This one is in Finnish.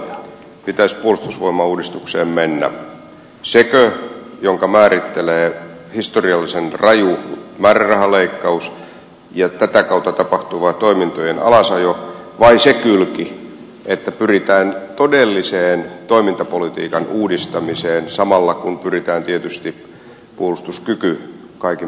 kumpi kylki edellä pitäisi puolustusvoimauudistukseen mennä sekö jonka määrittelee historiallisen raju määrärahaleikkaus ja tätä kautta tapahtuva toimintojen alasajo vai se kylki että pyritään todelliseen toimintapolitiikan uudistamiseen samalla kun pyritään tietysti puolustuskyky kaikin puolin turvaamaan